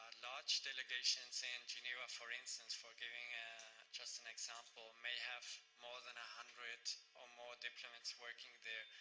large delegations in geneva, for instance, for giving just an example may have more than a hundred or more diplomats working there,